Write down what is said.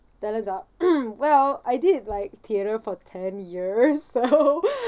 talents ah well I did like theatre for ten years so